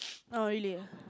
oh really ah